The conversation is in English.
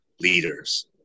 leaders